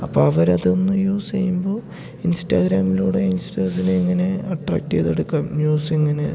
അപ്പോൾ അവരതൊന്ന് യൂസ് ചെയ്യുമ്പോൾ ഇൻസ്റ്റാഗ്രാമിലൂടെ ഇൻസ്റ്റേഴ്സിനെ ഇങ്ങനെ അട്രാക്റ്റ് ചെയ്തെടുക്കാം ന്യൂസിങ്ങനെ